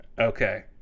Okay